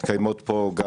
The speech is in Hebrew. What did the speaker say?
מתקיימות פה,